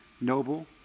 noble